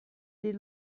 les